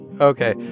Okay